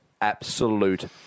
absolute